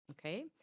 Okay